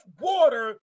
water